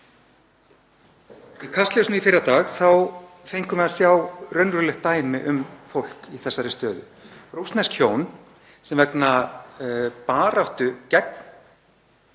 Í Kastljósi í fyrradag fengu menn að sjá raunverulegt dæmi um fólk í þessari stöðu: Rússnesk hjón sem vegna baráttu gegn